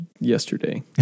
yesterday